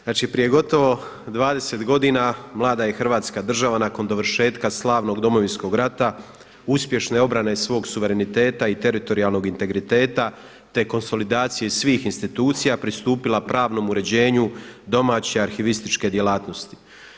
Znači prije gotovo 20 godina, mlada je Hrvatska država nakon dovršetka slavnog Domovinskog rata, uspješne obrane i svog suvereniteta i teritorijalnog integriteta, te konsolidacije svih institucija pristupila pravnom uređenju domaće arhivističke djelatnosti.